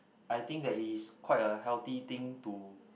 I think that it is quite a healthy thing to